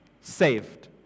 saved